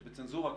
שבצנזורה,